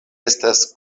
estas